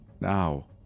Now